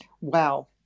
Wow